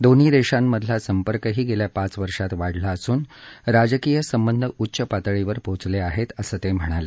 दोन्ही देशांमधला संपर्कही गेल्या पाच वर्षात वाढला असून राजकीय संबंध उच्च पातळीवर पोचले आहेत असं ते म्हणाले